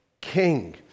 king